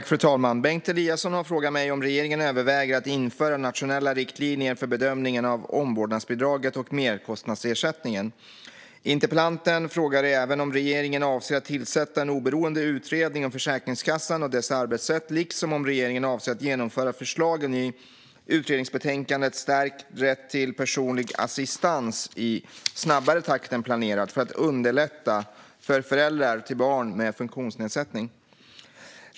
Fru talman! Bengt Eliasson har frågat mig om regeringen överväger att införa nationella riktlinjer för bedömningen av omvårdnadsbidraget och merkostnadsersättningen. Interpellanten frågar även om regeringen avser att tillsätta en oberoende utredning om Försäkringskassan och dess arbetssätt liksom om regeringen avser att genomföra förslagen i utredningsbetänkandet Stärkt rätt till personlig assistans i snabbare takt än planerat för att underlätta för föräldrar till barn med funktionsnedsättning.